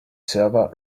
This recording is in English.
server